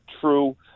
true